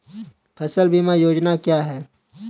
फसल बीमा योजना क्या है?